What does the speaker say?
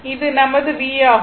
இது நமது v ஆகும்